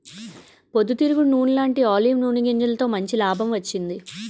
పొద్దు తిరుగుడు నూనెలాంటీ ఆలివ్ నూనె గింజలతో మంచి లాభం వచ్చింది